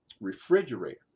refrigerator